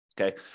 Okay